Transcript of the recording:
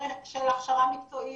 במקום של הכשרה מקצועית,